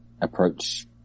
approach